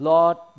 Lord